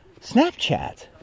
Snapchat